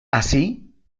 así